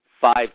five